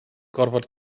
gorfod